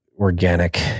organic